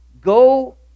Go